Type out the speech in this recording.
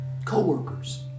co-workers